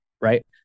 right